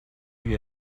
you